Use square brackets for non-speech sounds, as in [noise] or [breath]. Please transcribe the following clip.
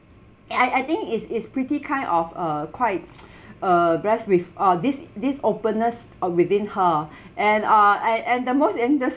I I think it's it's pretty kind of uh quite [noise] [breath] uh addressed with uh this this openness uh within her [breath] and uh and and the most interesting